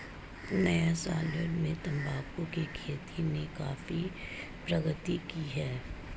Nyasaland में तंबाकू की खेती ने काफी प्रगति की है